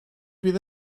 fydd